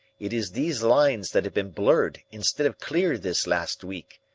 it is these lines that have been blurred instead of clear this last week,